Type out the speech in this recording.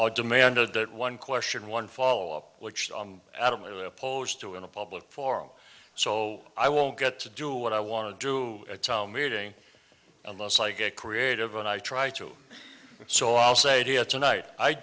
or demanded that one question one follow up which adamantly opposed to in a public forum so i won't get to do what i want to do a town meeting unless i get creative and i try to so all sadia tonight i